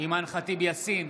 אימאן ח'טיב יאסין,